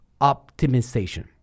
optimization